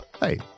Hey